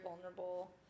vulnerable